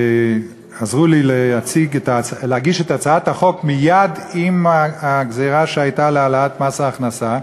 ועזרו לי להגיש את הצעת החוק מייד עם הגזירה שהייתה להעלאת מס ההכנסה,